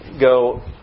go